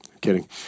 Kidding